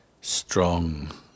strong